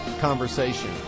conversation